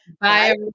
Bye